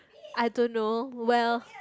I don't know well